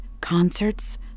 concerts